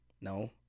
No